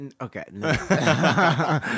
Okay